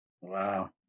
Wow